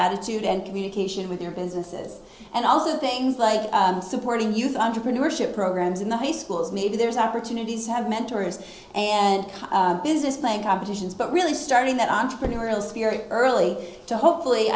attitude and communication with their businesses and also things like supporting youth entrepreneurship programs in the high schools maybe there's opportunities have mentors and business playing competitions but really starting that entrepreneurial spirit early to hopefully